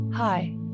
Hi